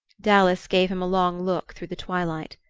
dallas gave him a long look through the twilight.